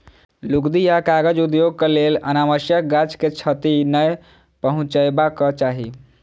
लुगदी आ कागज उद्योगक लेल अनावश्यक गाछ के क्षति नै पहुँचयबाक चाही